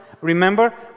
Remember